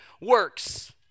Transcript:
works